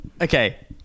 okay